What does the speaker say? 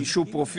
יש אישור פרופילים